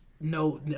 no